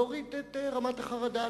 להוריד את רמת החרדה,